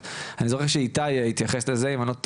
אני זוכר שאיתי התייחס לזה, אם אני לא טועה.